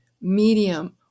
Medium